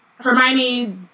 Hermione